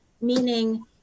meaning